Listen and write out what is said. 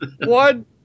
One